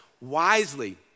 wisely